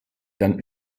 dann